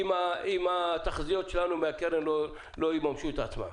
אם התחזיות שלנו לגבי הקרן לא יממשו את עצמן.